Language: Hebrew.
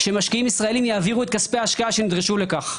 שמשקיעים ישראלים יעבירו את כספי ההשקעה כשידרשו לכך.